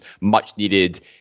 much-needed